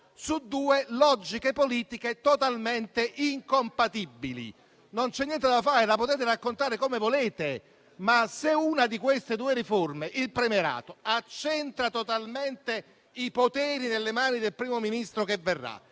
su due logiche politiche totalmente incompatibili. Non c'è niente da fare, la potete raccontare come volete, ma se una di queste due riforme, il premierato, accentra totalmente i poteri nelle mani del Primo Ministro che verrà,